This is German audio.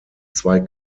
zwei